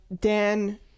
Dan